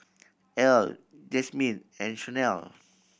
Earl Jasmyne and Chanelle